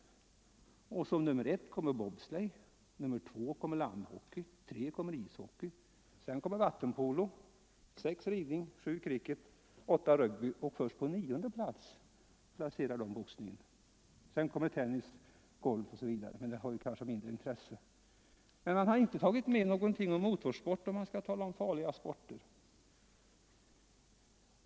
Som nr 1 kommer bobsleigh, som nr 2 landhockey, som nr 3 ishockey och som nr 4 kommer vattenpolo. Som nr 6 kommer ridning, som nr 7 kricket, som nr 8 rugby och först på nionde plats placeras boxningen. Sedan kommer tennis, golf osv., men det är kanske av mindre intresse. Men man har inte tagit med någonting om motorsport, vilket man väl bör göra om man skall tala om farliga sporter.